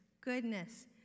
goodness